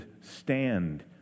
stand